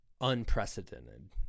unprecedented